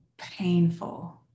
painful